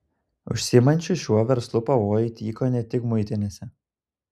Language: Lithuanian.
užsiimančių šiuo verslu pavojai tyko ne tik muitinėse